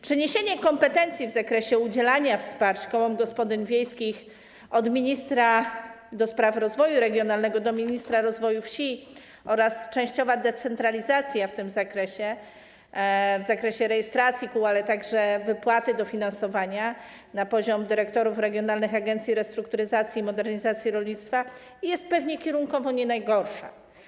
Przeniesienie kompetencji w zakresie udzielania wsparć kołom gospodyń wiejskich od ministra do spraw rozwoju regionalnego do ministra rozwoju wsi oraz częściowa decentralizacja w tym zakresie, w zakresie rejestracji kół, ale także wypłaty dofinansowania, przeniesienie kompetencji na poziom dyrektorów oddziałów regionalnych Agencji Restrukturyzacji i Modernizacji Rolnictwa jest pewnie kierunkowo nie najgorsze.